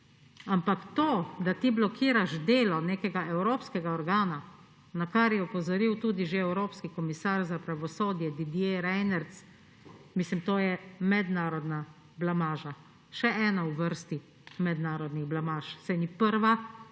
Ampak to, da ti blokiraš delo nekega evropskega organa, na kar je opozoril tudi že evropski komisar za pravosodje, Didier Reynders, mislim, to je mednarodna blamaža, še ena v vrsti mednarodnih blamaž. Saj ni prva,